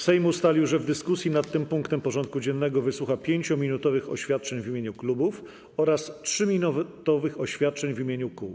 Sejm ustalił, że w dyskusji nad tym punktem porządku dziennego wysłucha 5-minutowych oświadczeń w imieniu klubów oraz 3-minutowych oświadczeń w imieniu kół.